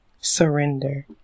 surrender